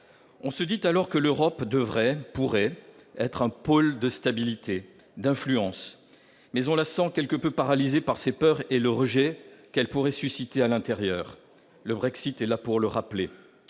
On se dit que l'Europe devrait, pourrait être un pôle de stabilité, d'influence, mais on la sent quelque peu paralysée par ses peurs et le rejet qu'elle pourrait susciter en son sein. Le Brexit est là pour le rappeler.